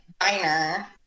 diner